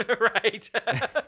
Right